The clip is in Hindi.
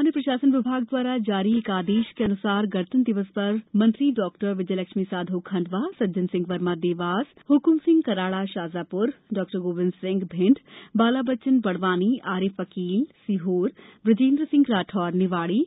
सामान्य प्रशासन विभाग द्वारा जारी आदेश के अनुसार गणतंत्र दिवस पर मंत्री डॉक्टर विजयलक्ष्मी साधौ खंडवा सज्जन सिंह वर्मा देवास हुकुम सिंह कराड़ा शाजापुर डॉक्टर गोविन्द सिंह भिण्ड बाला बच्चन बड़वानी आरिफ अकील सीहोर बुजेन्द्र सिंह राठौर निवाड़ी